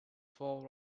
fore